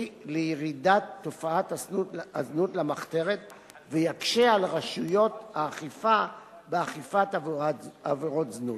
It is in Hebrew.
לירידת תופעת הזנות למחתרת ויקשה על רשויות האכיפה באכיפת עבירות זנות.